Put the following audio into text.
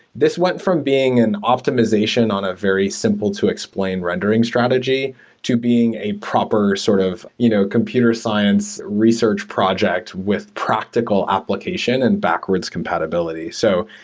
this went from being an optimization on a very simple to explain rendering strategy to being a proper sort of you know computer science research project with practical application and backwards compatibility. so,